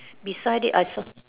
beside it I saw